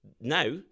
now